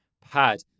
pad